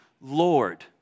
Lord